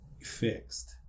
fixed